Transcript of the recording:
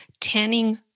Tanning